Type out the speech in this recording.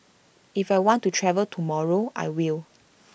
if I want to travel tomorrow I will